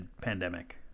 pandemic